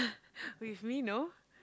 with me no